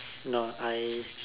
no I